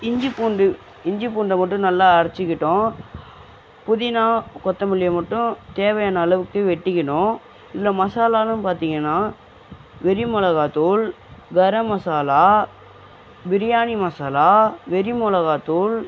இஞ்சி பூண்டு இஞ்சி பூண்டை மட்டும் நல்லா அரைச்சுகிட்டோம் புதினா கொத்தமல்லியை மட்டும் தேவையான அளவுக்கு வெட்டிக்கினோம் இதில் மசாலால்லாம் பார்த்தீங்கன்னா வெறி மிளகாய்தூள் கரம் மசாலா பிரியாணி மசாலா வெறி மிளகாய்த்தூள்